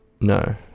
No